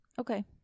Okay